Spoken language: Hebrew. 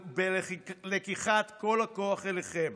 ובלקיחת כל הכוח אליכם